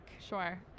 Sure